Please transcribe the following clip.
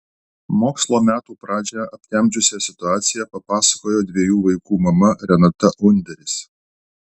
mokslo metų pradžią aptemdžiusią situaciją papasakojo dviejų vaikų mama renata underis